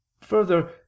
Further